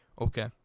Okay